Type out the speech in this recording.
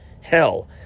Hell